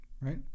right